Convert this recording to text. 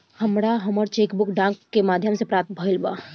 हमरा हमर cheque book डाक के माध्यम से प्राप्त भईल बा